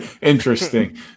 interesting